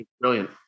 Brilliant